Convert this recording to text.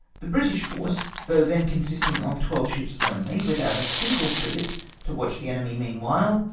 the british force, though then consisting of twelve ships only, without a single frigate to watch the enemy meanwhile,